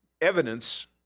evidence